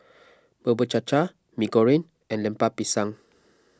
Bubur Cha Cha Mee Goreng and Lemper Pisang